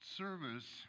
service